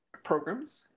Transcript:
Programs